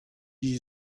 you